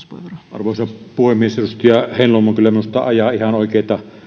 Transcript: arvoisa puhemies edustaja heinäluoma kyllä ajaa minusta ihan oikeata